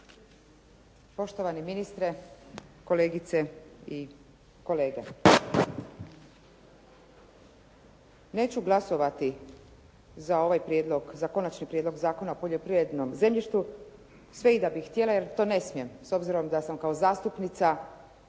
Poštovani ministre, kolegice i kolege. Neću glasovati za ovaj prijedlog, za Konačni prijedlog Zakona o poljoprivrednom zemljištu, sve i da bi htjela, jer to ne smijem s obzirom da sam kao zastupnica položila zakletvu